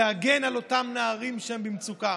להגן על אותם נערים שבמצוקה.